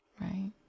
Right